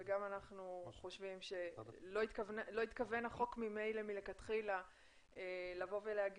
וגם חושבים שלא התכוון החוק מלכתחילה לבוא ולומר